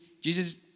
Jesus